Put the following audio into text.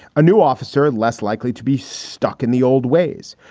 a new officer less likely to be stuck in the old ways.